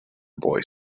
boy